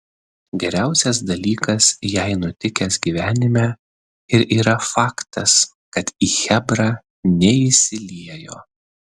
geriausias dalykas jai nutikęs gyvenime ir yra faktas kad į chebrą neįsiliejo